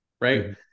right